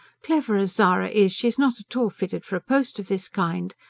clever as zara is, she's not at all fitted for a post of this kind.